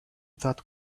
that